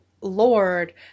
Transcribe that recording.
lord